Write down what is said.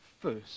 first